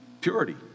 purity